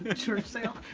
oh-for-church sale.